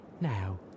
Now